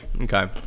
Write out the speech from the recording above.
Okay